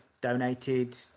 donated